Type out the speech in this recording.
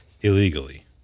illegally